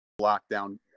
lockdown